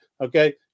Okay